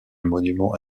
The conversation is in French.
monument